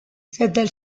settlers